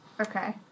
Okay